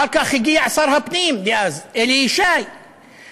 אחר כך הגיע שר הפנים דאז אלי ישי ואמר: